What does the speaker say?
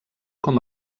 com